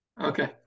okay